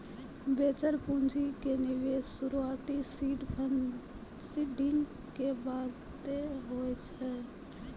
venture पूंजी के निवेश शुरुआती सीड फंडिंग के बादे होय छै